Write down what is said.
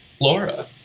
Laura